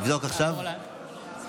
נעבור להצעה